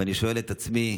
ואני שואל את עצמי,